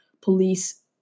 police